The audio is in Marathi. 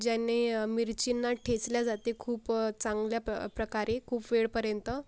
ज्याने मिर्चींना ठेचल्या जाते खूप चांगल्या प्र प्रकारे खूप वेळपर्यंत